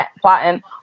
plotting